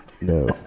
No